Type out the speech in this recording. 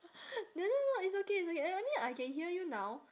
then no it's okay it's okay uh I mean I can hear you now